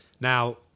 Now